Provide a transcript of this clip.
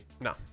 No